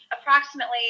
approximately